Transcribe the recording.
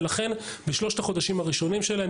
לכן בשלושת החודשים הראשונים שלהם,